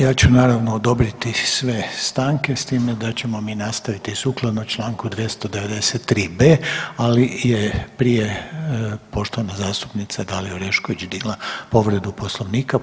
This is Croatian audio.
Ja ću naravno odobriti sve stanke s time da ćemo mi nastaviti sukladno Članku 293b., ali je prije poštovana zastupnica Dalija Orešković digla povredu Poslovnika.